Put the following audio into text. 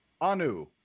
Anu